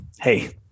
Hey